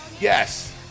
Yes